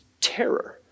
terror